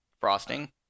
Frosting